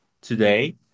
today